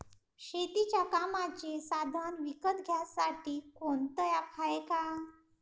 शेतीच्या कामाचे साधनं विकत घ्यासाठी कोनतं ॲप हाये का?